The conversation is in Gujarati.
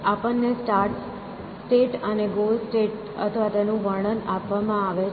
આપણને સ્ટાર્ટ સ્ટેટ અને ગોલ સ્ટેટ અથવા તેનું વર્ણન આપવામાં આવે છે